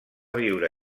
viure